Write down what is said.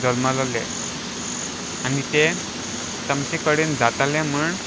जल्मल्ले आनी ते तांचे कडेन जातले म्हण